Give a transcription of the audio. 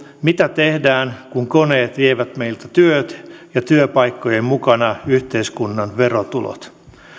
mitä tehdään kun koneet vievät meiltä työt ja työpaikkojen mukana yhteiskunnan verotulot